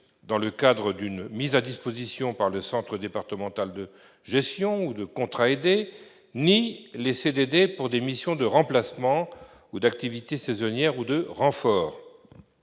dans le cadre d'une mise à disposition par le centre départemental de gestion, de contrats aidés, ni les CDD pour des missions de remplacement, d'activités saisonnières ou de renfort.